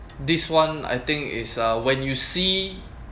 this [one] I think is uh when you see